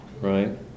right